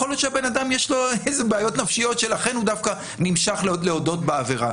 יכול להיות שלבן אדם יש בעיות נפשיות ולכן הוא נמשך להודות בעבירה.